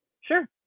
sure